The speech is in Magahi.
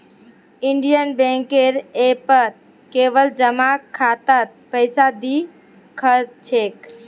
इंडियन बैंकेर ऐपत केवल जमा खातात पैसा दि ख छेक